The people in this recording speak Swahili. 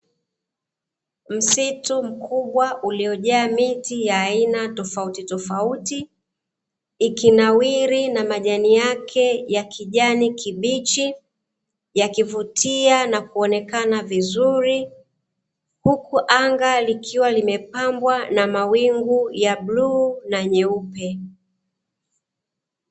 Msitu mkubwa uliojaa miti ya aina tofauti tofauti ikinawiri na majani yake ya kijani kibichi yakivutia na kuonekana vizuri huku anga likiwa limepambwa na mawingu ya bluu na nyeupe.